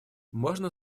можно